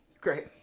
great